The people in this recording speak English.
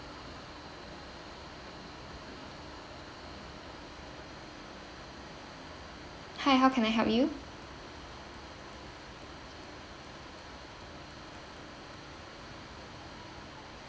hi how can I help you